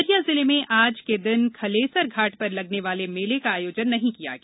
उमरिया जिले में आज के दिन खलेसर घाट पर लगने वाले मेले का आयोजन नहीं किया गया